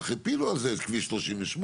הפילו על זה על כביש 38,